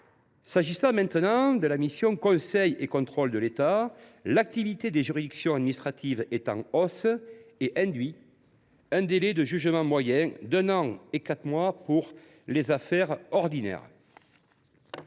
crédits. J’en viens à la mission « Conseil et contrôle de l’État ». L’activité des juridictions administratives est en hausse, ce qui induit un délai de jugement moyen d’un an et quatre mois pour les affaires ordinaires.